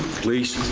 please?